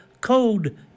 Code